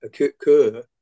occur